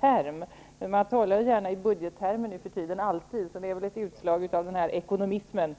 term. Man talar dock gärna och jämt nu för tiden i budgettermer, så det här är väl ett utslag av ekonomismen.